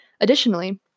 Additionally